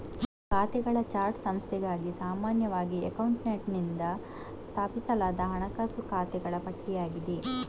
ಖಾತೆಗಳ ಚಾರ್ಟ್ ಸಂಸ್ಥೆಗಾಗಿ ಸಾಮಾನ್ಯವಾಗಿ ಅಕೌಂಟೆಂಟಿನಿಂದ ಸ್ಥಾಪಿಸಲಾದ ಹಣಕಾಸು ಖಾತೆಗಳ ಪಟ್ಟಿಯಾಗಿದೆ